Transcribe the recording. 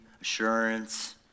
assurance